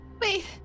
Wait